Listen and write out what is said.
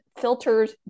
filters